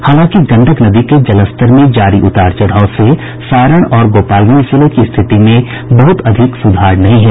हालांकि गंडक नदी के जलस्तर में जारी उतार चढ़ाव से सारण और गोपालगंज जिले की स्थिति में बहुत अधिक सुधार नहीं है